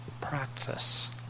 practice